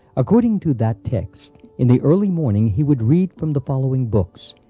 according to that text, in the early morning he would read from the following books,